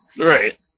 Right